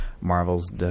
Marvel's